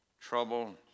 trouble